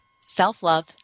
self-love